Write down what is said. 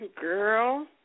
Girl